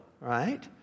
right